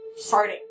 farting